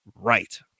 Right